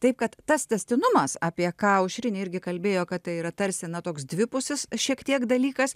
taip kad tas tęstinumas apie ką aušrinė irgi kalbėjo kad tai yra tarsi na toks dvipusis šiek tiek dalykas